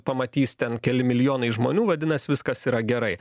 pamatys ten keli milijonai žmonių vadinas viskas yra gerai